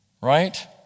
right